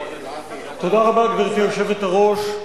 גברתי היושבת-ראש,